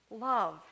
love